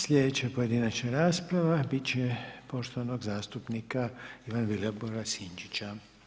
Slijedeća pojedinačna rasprava bit će poštovanog zastupnika Ivana Vilibora Sinčića.